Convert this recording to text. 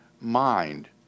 mind